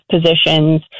positions